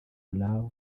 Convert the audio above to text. love